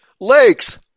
lakes